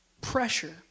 pressure